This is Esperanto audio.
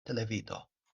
televido